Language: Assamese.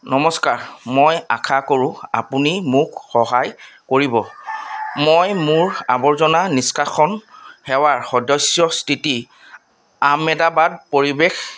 নমস্কাৰ মই আশা কৰো আপুনি মোক সহায় কৰিব মই মোৰ আৱৰ্জনা নিষ্কাশন সেৱাৰ সদস্য স্থিতি আহমেদাবাদ পৰিৱেশ